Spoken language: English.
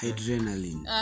Adrenaline